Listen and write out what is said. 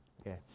okay